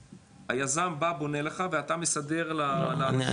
היזם בא בונה לך ואתה מסדר לאנשים,